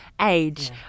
age